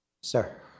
Sir